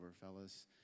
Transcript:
fellas